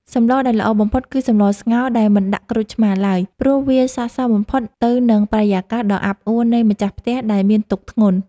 សម្លដែលល្អបំផុតគឺសម្លស្ងោរដែលមិនដាក់ក្រូចឆ្មារឡើយ ព្រោះវាសក្តិសមបំផុតទៅនឹងបរិយាកាសដ៏អាប់អួរនៃម្ចាស់ផ្ទះដែលមានទុក្ខធ្ងន់។